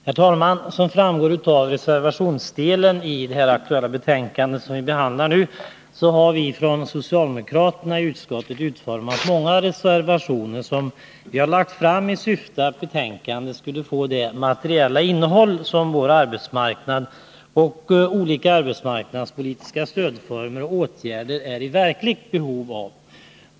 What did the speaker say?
Herr talman! Som framgår av reservationsdelen i det betänkande från arbetsmarknadsutskottet som vi nu behandlar har vi från socialdemokraterna i utskottet utformat många reservationer. Vi har avgett reservationerna i syfte att betänkandet skulle få det materiella innehåll som vår arbetsmarknad och olika arbetsmarknadspolitiska stödformer och åtgärder är i verkligt behov av.